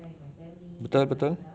betul betul